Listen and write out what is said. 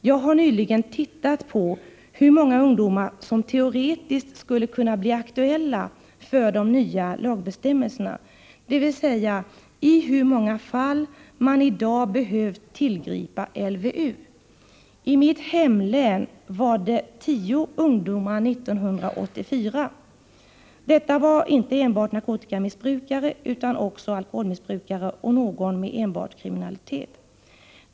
Jag har nyligen tittat på hur många ungdomar som teoretiskt skulle kunna bli aktuella för de nya lagbestämmelserna, dvs. i hur många fall man i dag behövt tillgripa LVU. I mitt hemlän var det tio ungdomar år 1984. Det var inte enbart narkotikamissbrukare utan också alkoholmissbrukare och någon med enbart kriminalitet.